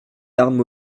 larmes